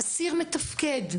אסיר מתפקד,